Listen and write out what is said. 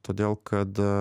todėl kad